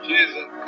Jesus